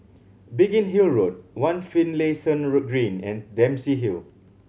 Biggin Hill Road One Finlayson Green and Dempsey Hill